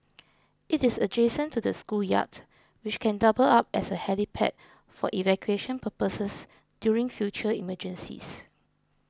it is adjacent to the schoolyard which can double up as a helipad for evacuation purposes during future emergencies